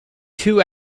two